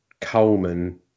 Coleman